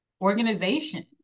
organization